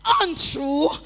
untrue